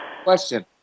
question